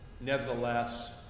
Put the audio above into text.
Nevertheless